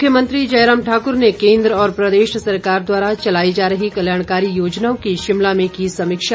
मुख्यमंत्री जयराम ठाकुर ने केन्द्र और प्रदेश सरकार द्वारा चलाई जा रही कल्याणकारी योजनाओं की शिमला में की समीक्षा